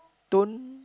tone